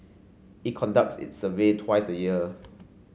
it conducts its survey twice a year